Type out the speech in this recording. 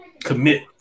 commit